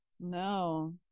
no